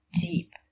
deep